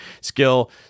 Skill